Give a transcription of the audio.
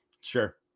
sure